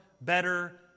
better